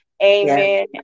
amen